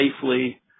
safely